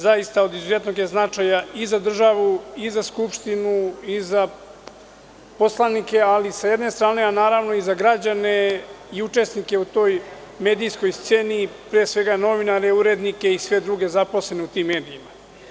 Zaista je to od izuzetnog značaja i za državu i za Skupštinu i za poslanike, s jedne strane, a naravno i za građane i učesnike u toj medijskoj sceni, pre svega novinare, urednike i sve druge zaposlene u tim medijima.